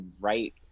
right